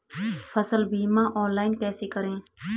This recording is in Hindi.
फसल बीमा ऑनलाइन कैसे करें?